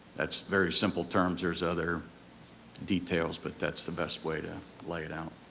that's very simple terms, there's other details, but that's the best way to lay it out.